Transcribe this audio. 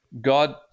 God